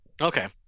Okay